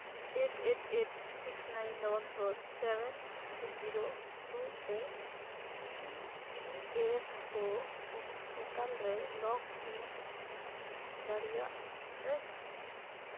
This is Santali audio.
eight eight eight six nine double four seven three zero two ᱛᱮ E P F O portal ᱨᱮ ᱞᱚᱜᱽ ᱤᱱ ᱫᱟᱲᱮᱭᱟᱜᱼᱟᱹᱧ